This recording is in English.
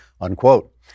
unquote